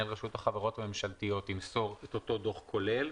רשות החברות הממשלתיות ימסור את אותו דוח כולל,